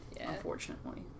unfortunately